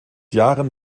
jahren